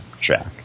Jack